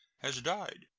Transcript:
has died.